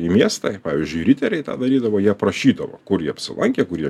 į miestą pavyzdžiui riteriai tą darydavo jie aprašydavo kur jie apsilankę kur jie